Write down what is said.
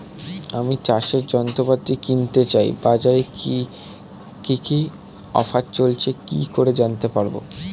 আমি চাষের যন্ত্রপাতি কিনতে চাই বাজারে কি কি অফার চলছে কি করে জানতে পারবো?